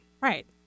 right